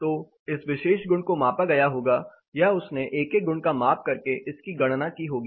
तो इस विशेष गुण को मापा गया होगा या उसने एक एक गुण का माप करके इसकी गणना की होगी